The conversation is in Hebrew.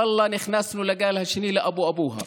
ואללה, נכנסנו לגל השני באבו-אבוה.